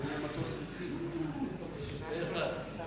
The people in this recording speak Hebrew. ההצעה להעביר את הנושא לוועדת הכספים נתקבלה.